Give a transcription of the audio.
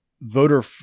voter